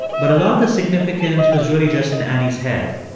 but a lot of the significance was really just in annie's head.